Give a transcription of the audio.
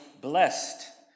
blessed